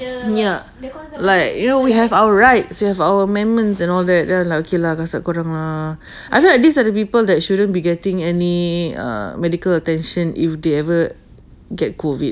ya like you know we have our rights we have our amendments and all that then l~ okay lah kasut kau orang lah I feel like these are the people that shouldn't be getting any err medical attention if they ever get COVID